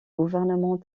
gouvernement